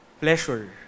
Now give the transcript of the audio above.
pleasure